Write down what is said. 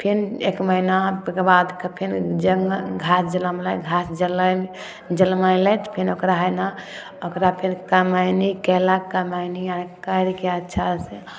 फेन एक महिना ताहिके बाद फेन जङ्गल घास जनमलै घास जलइम जलमलै तऽ फेन ओकरा हइ ने ओकरा फेर कमैनी कएला कमैनी आर करिके अच्छा से